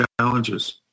challenges